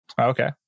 Okay